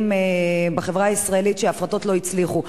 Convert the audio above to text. בחברה הישראלית שבהם ההפרטות לא הצליחו.